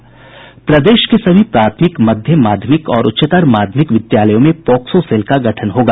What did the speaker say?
प्रदेश के सभी प्राथमिक मध्य माध्यमिक और उच्चतर माध्यमिक विद्यालयों में पॉक्सो सेल का गठन होगा